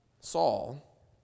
Saul